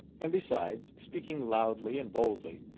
and besides speaking loudly and boldly,